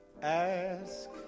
ask